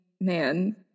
man